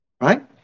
Right